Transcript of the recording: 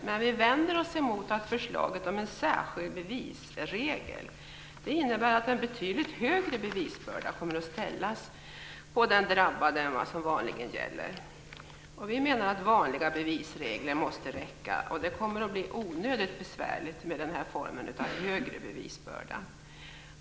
Men vi vänder oss mot förslaget om en särskild bevisregel. Det innebär att en betydligt högre bevisbörda kommer att ställas på den drabbade än vad som vanligen gäller. Vi menar att vanliga bevisregler måste gälla. Det kommer att bli onödigt besvärligt med den här formen av högre bevisbörda.